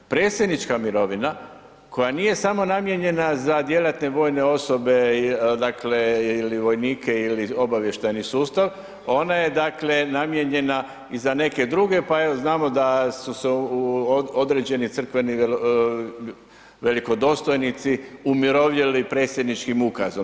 Predsjednička mirovina koje nije samo namijenjena za djelatne vojne osobe, dakle ili vojnike ili obavještajni sustav, ona je dakle namijenjena i za neke druge pa znamo da su se određeni crkveni velikodostojnici umirovili predsjedničkim ukazom.